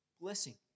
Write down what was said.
blessing